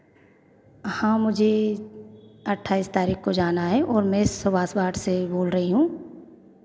हाँ मुझे अट्ठाइस तारीख को जाना है और मैं सुभाष वार्ड से बोल रही हूँ